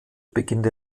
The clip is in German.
beginnt